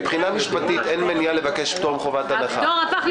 מבחינה משפטית אין מניעה לבקש פטור מחובת הנחה.